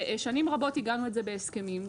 ושנים רבות עיגנו את זה בהסכמים,